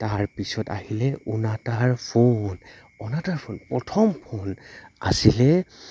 তাৰপিছত আহিলে অনাতাঁৰ ফোন অনাতাঁৰ ফোন প্ৰথম ফোন আছিলে